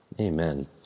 Amen